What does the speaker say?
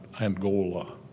angola